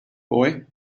boy